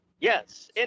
Yes